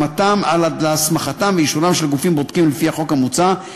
עד להסמכתם ולאישורם של גופים בודקים לפי החוק המוצע,